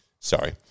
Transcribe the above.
Sorry